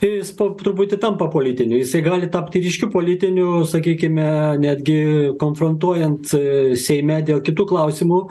jis po truputį tampa politiniu jisai gali tapti ryškiu politiniu sakykime netgi konfrontuojant seime dėl kitų klausimų